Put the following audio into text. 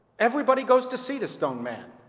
everybody goes to see the stone man